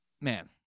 man